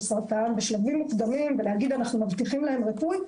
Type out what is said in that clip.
סרטן בשלבים מוקדמים ולהגיד אנחנו מבטיחים להם ריפוי,